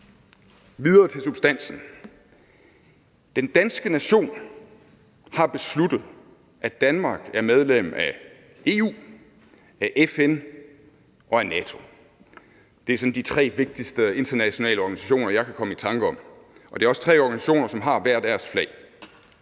Videre til substansen: Den danske nation har besluttet, at Danmark er medlem af EU, af FN og af NATO. Det er sådan de tre vigtigste internationale organisationer, jeg kan komme i tanker om. Det er også tre organisationer, som har hver deres flag.